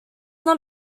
not